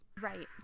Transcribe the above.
Right